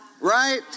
right